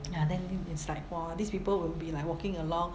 ya then it's like orh these people will be like walking along